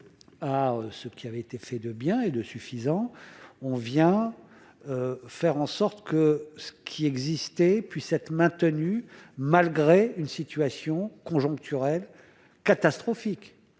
à ce qui avait été fait de bien et de suffisant on vient faire en sorte que ceux qui existaient, puisse être maintenue malgré une situation conjoncturelle catastrophique,